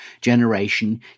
generation